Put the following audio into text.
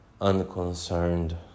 unconcerned